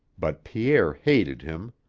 but pierre hated him.